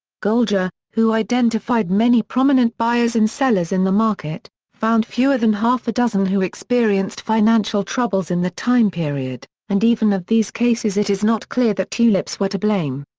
goldgar, who identified many prominent buyers and sellers in the market, found fewer than half a dozen who experienced financial troubles in the time period, and even of these cases it is not clear that tulips were to blame.